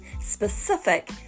specific